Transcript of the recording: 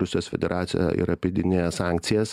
rusijos federaciją ir apeidinėja sankcijas